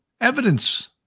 evidence